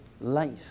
life